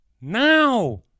Now